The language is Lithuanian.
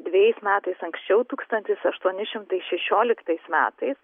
dvejais metais anksčiau tūkstantis aštuoni šimtai šešioliktais metais